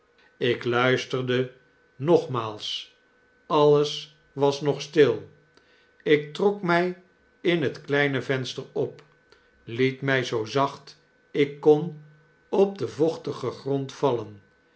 ik luisterde nogmaals alles was nog stil ik trok my in het kleine venster op liet my zoo zacht ik kon op den vochtigen grond vallen